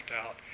out